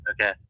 Okay